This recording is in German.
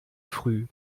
früh